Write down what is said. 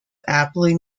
aptly